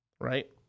right